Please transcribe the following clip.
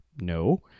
No